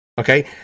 Okay